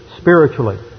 spiritually